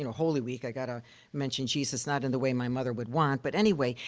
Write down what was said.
and holy week, i gotta mention jesus not in the way my mother would want, but anyway,